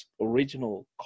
original